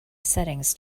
settings